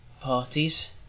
parties